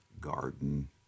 garden